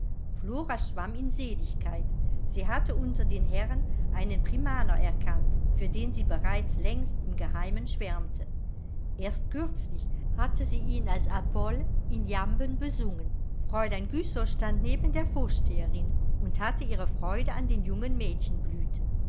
flora schwamm in seligkeit sie hatte unter den herren einen primaner erkannt für den sie bereits längst im geheimen schwärmte erst kürzlich hatte sie ihn als apoll in jamben besungen fräulein güssow stand neben der vorsteherin und hatte ihre freude an den jungen